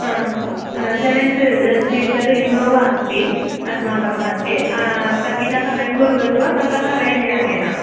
seventh seater Innova अस्ति अस्माकं हस्ते इतः बेङ्गलूरु गत्वा ततः रैल् यानेन